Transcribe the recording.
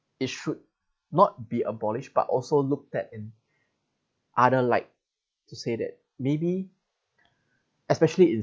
it should not be abolished but also looked at in other light to say that maybe especially in